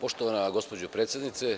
Poštovana gospođo predsednice,